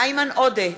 איימן עודה,